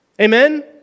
amen